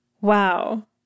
Wow